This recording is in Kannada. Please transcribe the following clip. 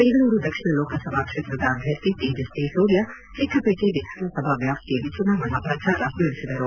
ಬೆಂಗಳೂರು ದಕ್ಷಿಣ ಲೋಕಸಭಾ ಕ್ಷೇತ್ರದ ಅಭ್ಯರ್ಥಿ ತೇಜಸ್ವಿ ಸೂರ್ಯ ಚಿಕ್ಕಪೇಟೆ ವಿಧಾನ ಸಭಾ ವ್ವಾಪ್ತಿಯಲ್ಲಿ ಚುನಾವಣಾ ಪ್ರಚಾರ ನಡೆಸಿದರು